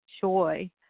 joy